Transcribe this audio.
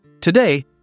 Today